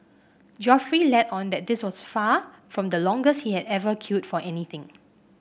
Geoffrey let on that this was far from the longest he had ever queued for anything